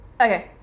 Okay